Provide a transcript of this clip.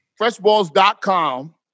freshballs.com